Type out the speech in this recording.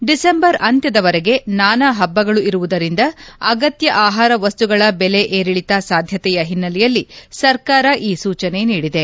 December ಅಂತ್ಯದವರೆಗೆ ನಾನಾ ಹಬ್ಲಗಳು ಇರುವುದರಿಂದ ಅಗತ್ಹ ಆಹಾರ ವಸ್ತುಗಳ ದೆಲೆ ಏರಿಳತ ಸಾಧ್ಯತೆಯ ಹಿನ್ನೆಲೆಯಲ್ಲಿ ಸರ್ಕಾರ ಈ ಸೂಚನೆ ನೀಡಿದೆ